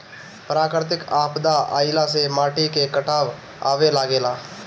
प्राकृतिक आपदा आइला से माटी में कटाव आवे लागेला